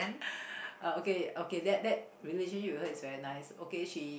uh okay okay that that relationship we heard is very nice okay she